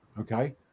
Okay